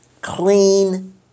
clean